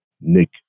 Nick